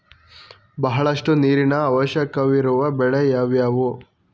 ಬಹಳಷ್ಟು ನೀರಿನ ಅವಶ್ಯಕವಿರುವ ಬೆಳೆ ಯಾವುವು?